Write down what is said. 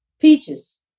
peaches